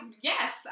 yes